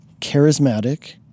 charismatic